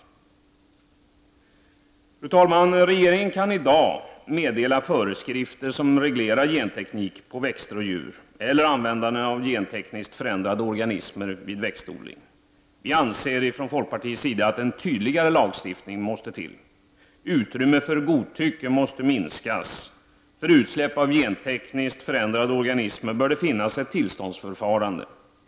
Fru talman! Regeringen kan i dag meddela föreskrifter som reglerar genteknik på växter och djur eller användandet av gentekniskt förändrade organismer vid växtodling. Vi anser ifrån folkpartiets sida att en tydligare lagstiftning måste till. Utrymmet för godtycke måste minskas. För utsläpp av gentekniskt förändrade organismer bör det finnas ett tillståndsförfarande.